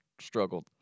struggled